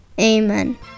amen